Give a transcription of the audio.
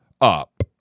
up